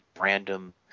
random